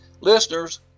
listeners